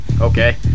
Okay